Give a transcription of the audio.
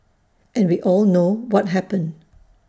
and we all know what happened